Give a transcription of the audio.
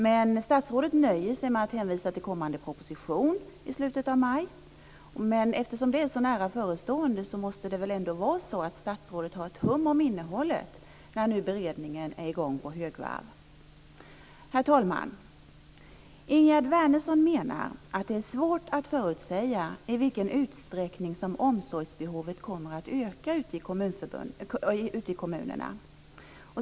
Men statsrådet nöjer sig med att hänvisa till kommande proposition i slutet av maj. Eftersom det är så nära förestående måste det väl ändå vara så att statsrådet har ett hum om innehållet när nu beredningen är i gång på högvarv. Herr talman! Ingegerd Wärnersson menar att det är svårt att förutsäga i vilken utsträckning som omsorgsbehovet kommer att öka ute i kommunerna.